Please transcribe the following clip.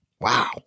Wow